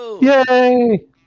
Yay